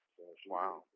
Wow